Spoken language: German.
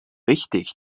wichtig